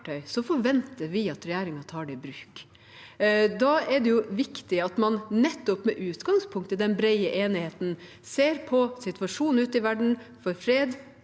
forventer vi at regjeringen tar det i bruk. Da er det viktig at man nettopp med utgangspunkt i den brede enigheten ser på situasjonen ute i verden og